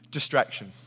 Distraction